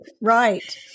right